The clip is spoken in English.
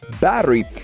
battery